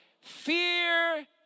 Fear